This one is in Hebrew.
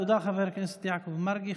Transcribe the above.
תודה, חבר הכנסת יעקב מרגי.